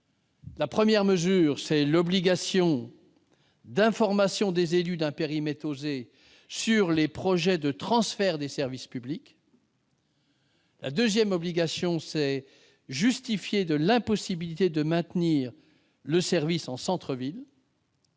La première, c'est l'obligation d'informer les élus d'un périmètre « OSER » des projets de transfert des services publics. La deuxième obligation, c'est de justifier de l'impossibilité de maintenir le service en centre-ville.